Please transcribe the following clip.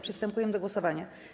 Przystępujemy do głosowania.